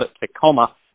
Tacoma